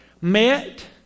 met